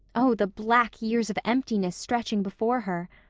oh, the black years of emptiness stretching before her!